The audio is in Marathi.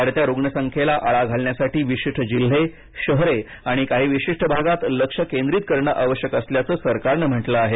वाढत्या रुग्णसंख्येला आळा घालण्यासाठी विशिष्ट जिल्हे शहरे आणि काही विशिष्ट भागात लक्ष केंद्रित करणे आवश्यक असल्याचं सरकारनं म्हटलं आहे